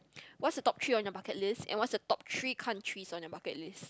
what's the top three on your bucket list and what's the top three countries on your bucket list